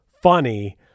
funny